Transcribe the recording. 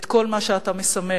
את כל מה שאתה מסמל,